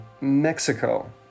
Mexico